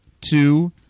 two